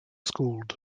schooled